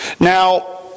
Now